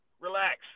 relax